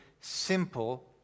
simple